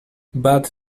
but